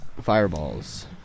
Fireballs